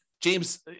James